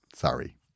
sorry